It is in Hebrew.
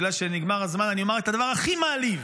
בגלל שנגמר הזמן אני אומר את הדבר הכי מעליב,